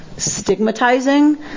stigmatizing